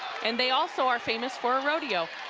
and they also are famous for a rodeo.